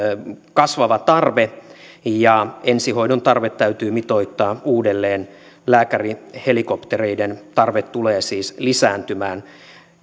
kasvava tarve ja ensihoidon tarve täytyy mitoittaa uudelleen lääkärihelikoptereiden tarve tulee siis lisääntymään